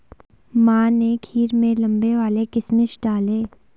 माँ ने खीर में लंबे वाले किशमिश डाले